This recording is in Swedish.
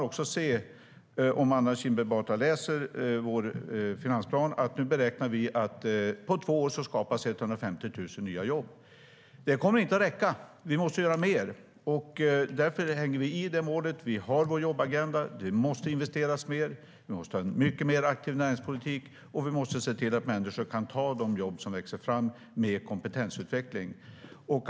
Om Anna Kinberg Batra läser vår finansplan kan hon se att vi beräknar att det på två år skapas 150 000 nya jobb. Det kommer inte att räcka. Vi måste göra mer. Därför hänger vi fast vid det målet. Vi har vår jobbagenda. Det måste investeras mer. Vi måste ha en mycket mer aktiv näringspolitik, och vi måste se till att människor genom kompetensutveckling kan ta de jobb som växer fram.